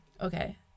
Okay